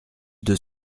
deux